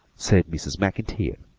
said mrs. maclntyre,